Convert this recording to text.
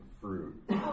fruit